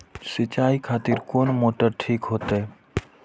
सीचाई खातिर कोन मोटर ठीक होते?